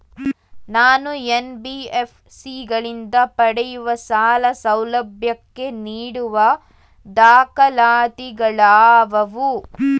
ನಾನು ಎನ್.ಬಿ.ಎಫ್.ಸಿ ಗಳಿಂದ ಪಡೆಯುವ ಸಾಲ ಸೌಲಭ್ಯಕ್ಕೆ ನೀಡುವ ದಾಖಲಾತಿಗಳಾವವು?